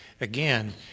again